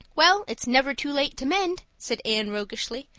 well, it's never too late to mend, said anne roguishly.